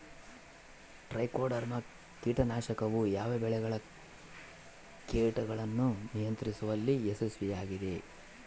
Trichoderma ಕೇಟನಾಶಕವು ಯಾವ ಬೆಳೆಗಳ ಕೇಟಗಳನ್ನು ನಿಯಂತ್ರಿಸುವಲ್ಲಿ ಯಶಸ್ವಿಯಾಗಿದೆ?